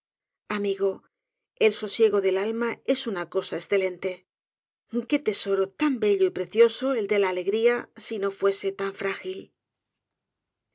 amigo el sosiego del alma es una cosa escélente qué tesoro tan bello y precioso el dé la alegría si no fuese tan frágil